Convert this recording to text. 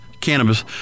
cannabis